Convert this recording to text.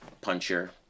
puncher